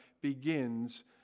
begins